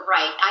Right